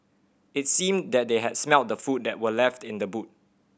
it seemed that they had smelt the food that were left in the boot